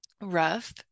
rough